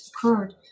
occurred